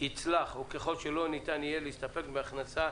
יצלח או ככל שלא ניתן יהיה להסתפק בהכנסה